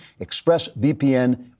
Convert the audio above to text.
ExpressVPN